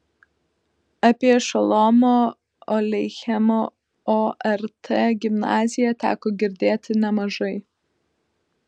apie šolomo aleichemo ort gimnaziją teko girdėti nemažai